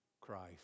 Christ